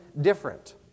different